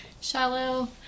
shallow